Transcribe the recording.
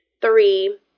three